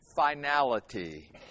finality